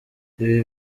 ibi